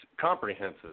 comprehensive